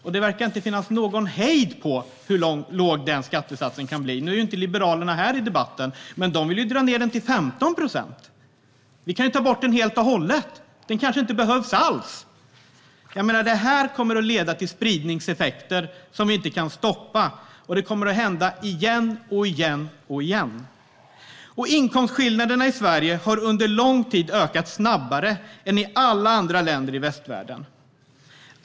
Och det verkar inte finnas någon hejd för hur låg den skattesatsen kan bli. Liberalerna är inte här för debatten, men de vill dra ned den till 15 procent. Vi kan ta bort den helt och hållet - den kanske inte behövs alls! Detta kommer att leda till spridningseffekter som vi inte kan stoppa, och det kommer att hända om och om igen. Inkomstskillnaderna i Sverige har under lång tid ökat snabbare än i alla andra länder i västvärlden.